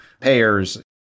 payers